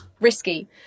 risky